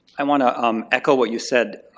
i want to um echo what you said.